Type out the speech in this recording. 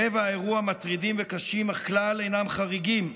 המראה והאירוע מטרידים וקשים, אך אינם חריגים כלל,